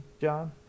John